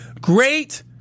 Great